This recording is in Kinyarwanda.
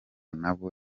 n’abo